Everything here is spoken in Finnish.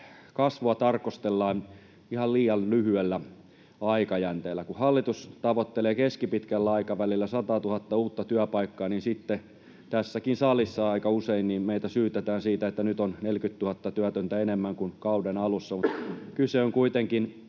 kasvua tarkastellaan ihan liian lyhyellä aikajänteellä. Kun hallitus tavoittelee keskipitkällä aikavälillä sataatuhatta uutta työpaikkaa, niin sitten tässäkin salissa aika usein meitä syytetään siitä, että nyt on 40 000 työtöntä enemmän kuin kauden alussa. Kyse on kuitenkin